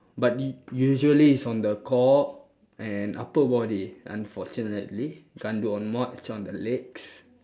but you usually is on the core and upper body unfortunately can't do on more actual on the legs